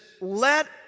let